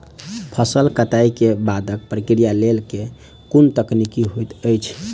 फसल कटाई केँ बादक प्रक्रिया लेल केँ कुन तकनीकी होइत अछि?